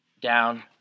down